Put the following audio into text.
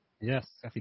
Yes